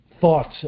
thoughts